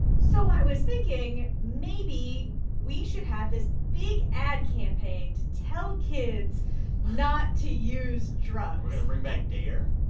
so i was thinking maybe we should have this big ad campaign to tell kids not to use drugs we're going to bring back d a